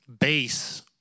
base